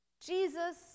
Jesus